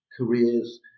careers